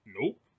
Nope